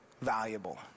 valuable